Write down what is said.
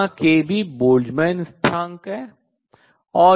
जहां kB Boltzmann स्थिरांक है